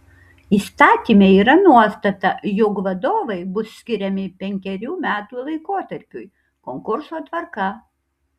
įstatyme yra nuostata jog vadovai bus skiriami penkerių metų laikotarpiui konkurso tvarka